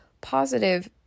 positive